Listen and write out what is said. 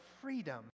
freedom